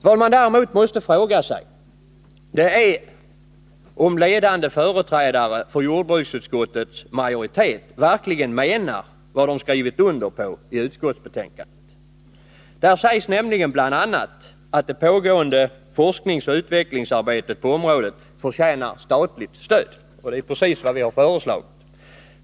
Vad man däremot måste fråga sig är om ledande företrädare för jordbruksutskottets majoritet verkligen menar vad de skrivit under i betänkandet. Där sägs nämligen bl.a. att det pågående forskningsoch utvecklingsarbetet på området förtjänar statligt stöd, och det är helt i linje med vad vi har föreslagit.